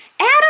Adam